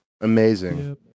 Amazing